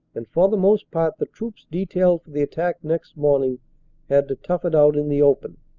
and for the most part the troops detailed for the attack next morning had to tough it out in the open.